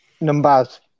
numbers